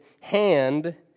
hand